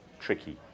tricky